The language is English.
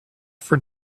for